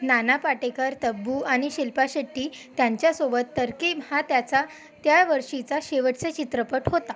नाना पाटेकर तब्बू आणि शिल्पा शेट्टी त्यांच्यासोबत तर्कीब हा त्याचा त्या वर्षीचा शेवटचा चित्रपट होता